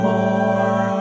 More